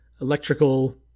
electrical